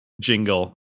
jingle